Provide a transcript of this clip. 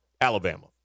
Alabama